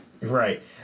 Right